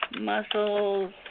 muscles